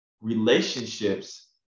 relationships